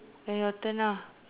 then your turn lah